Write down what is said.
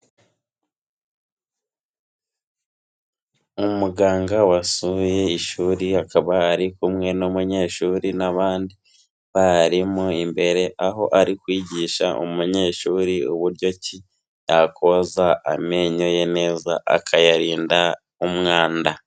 Umuganga wasuye ishuri akaba ari kumwe n'umunyeshuri n'abandi barimu imbere, aho ari kwigisha umunyeshuri uburyo ki yakoza amenyo ye neza akayarinda umwanda.